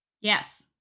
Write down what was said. Yes